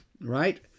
Right